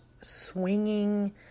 swinging